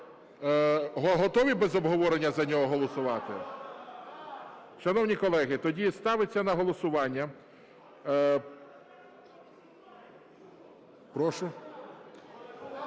Готові без обговорення за нього голосувати? Шановні колеги, тоді ставиться на голосування... Прошу?